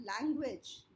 language